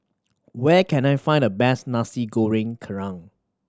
where can I find the best Nasi Goreng Kerang